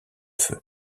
feu